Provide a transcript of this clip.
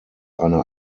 eine